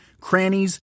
crannies